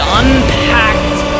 unpacked